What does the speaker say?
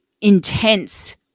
intense